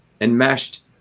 enmeshed